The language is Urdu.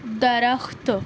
درخت